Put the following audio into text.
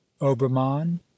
Obermann